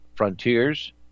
frontiers